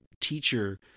teacher